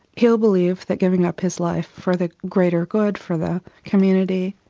he'll believe that giving up his life for the greater good, for the community,